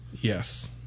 Yes